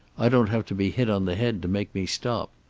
i don't have to be hit on the head to make me stop.